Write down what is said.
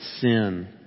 sin